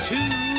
Two